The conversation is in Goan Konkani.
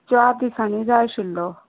चार दिसानी जाय आशिल्लो